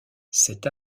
cette